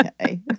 okay